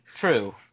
True